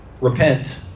repent